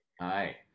hi